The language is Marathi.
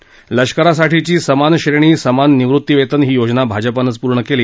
लष्कारासाठीची समान श्रेणी समान निवृत्तीवेतन ही योजना भाजपानंच पूर्ण केली